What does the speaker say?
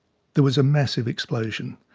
there was a massive explosion.